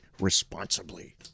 responsibly